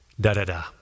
da-da-da